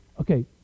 okay